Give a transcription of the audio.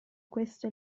questo